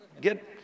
Get